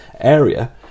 area